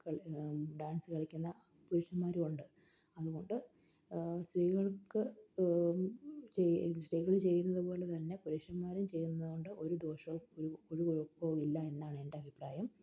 dance കളിക്കുന്ന പുരുഷന്മാരുമുണ്ട് അതുകൊണ്ട് സ്ത്രീകൾക്ക് സ്ത്രീകള് ചെയ്യുന്നത് പോലെ തന്നെ പുരുഷന്മാരും ചെയ്യുന്നതുകൊണ്ട് ഒരു ദോഷവും ഒരു കുഴപ്പവുമില്ലെന്നാണ് എൻ്റെ അഭിപ്രായം